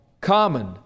common